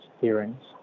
hearings